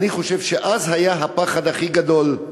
אני חושב שאז היה הפחד הכי גדול.